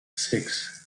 six